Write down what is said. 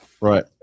Right